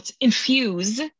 infuse